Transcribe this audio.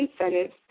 incentives